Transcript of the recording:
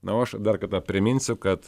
na o aš dar kartą priminsiu kad